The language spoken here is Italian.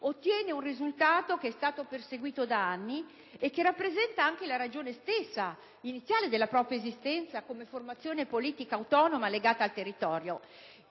ottiene un risultato che è stato perseguito da anni e che rappresenta anche la ragione stessa iniziale della propria esistenza come formazione politica autonoma, legata al territorio.